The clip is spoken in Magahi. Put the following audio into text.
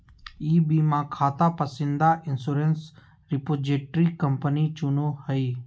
ई बीमा खाता पसंदीदा इंश्योरेंस रिपोजिटरी कंपनी चुनो हइ